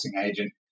agent